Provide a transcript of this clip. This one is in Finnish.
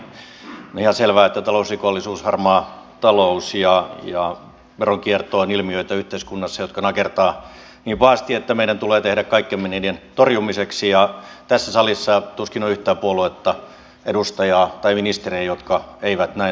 ensinnäkin on ihan selvää että talousrikollisuus harmaa talous ja veronkierto ovat yhteiskunnassa ilmiöitä jotka nakertavat niin pahasti että meidän tulee tehdä kaikkemme niiden torjumiseksi ja tässä salissa tuskin on yhtään puoluetta edustajaa tai ministeriä jotka eivät näin haluaisi tehdä